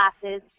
classes